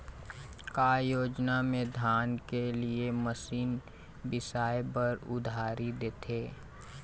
का योजना मे धान के लिए मशीन बिसाए बर उधारी देथे?